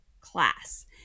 class